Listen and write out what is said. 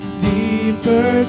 deeper